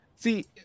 See